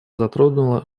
затронула